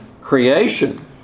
creation